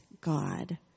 God